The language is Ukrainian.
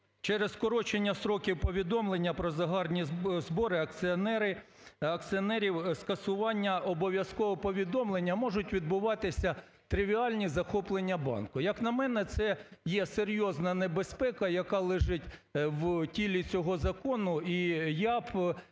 Через скорочення строків повідомлення про загальні збори акціонерів, скасування обов'язкового повідомлення можуть відбуватися тривіальні захоплення банку. Як на мене, це є серйозна небезпека, яка лежить в тілі цього закону. І я б